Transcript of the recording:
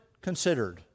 considered